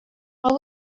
how